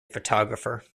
photographer